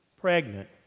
pregnant